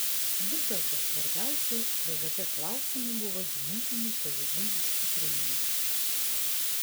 vis dėlto svarbiausiu vgt klausimu buvo gynybinių pajėgumų stiprinimas